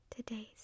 Today's